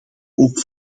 ook